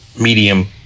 medium